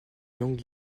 long